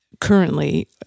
currently